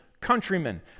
countrymen